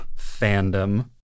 fandom